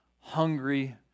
hungry